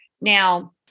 now